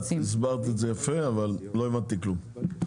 הסברת את זה יפה, אבל לא הבנתי כלום.